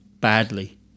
badly